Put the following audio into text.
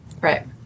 Right